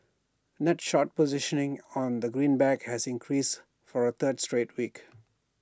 net short positioning on the greenback has increased for A third straight week